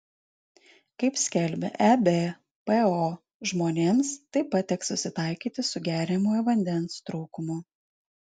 kaip skelbia ebpo žmonėms taip pat teks susitaikyti su geriamojo vandens trūkumu